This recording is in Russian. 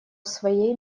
своей